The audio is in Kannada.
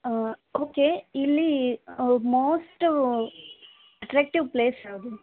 ಓಕೆ ಇಲ್ಲಿ ಮೋಸ್ಟು ಅಟ್ರ್ಯಾಕ್ಟಿವ್ ಪ್ಲೇಸ್ ಯಾವುದು